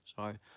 Sorry